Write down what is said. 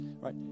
right